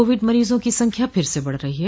Covid मरीजों की संख्या फिर से बढ रही है